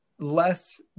less